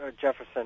Jefferson